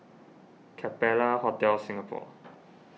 Capella Hotel Singapore